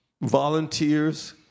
volunteers